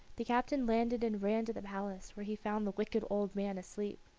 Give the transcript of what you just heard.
the captain landed and ran to the palace, where he found the wicked old man asleep.